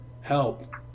help